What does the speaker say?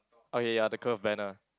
okay ya the curve banner